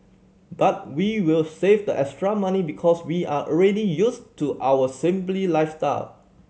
but we will save the extra money because we are already used to our simply lifestyle